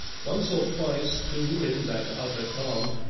once or twice, too, in that utter calm,